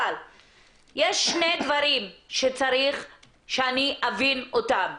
אבל יש שני דברים שצריך שאני אבין אותם.